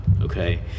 okay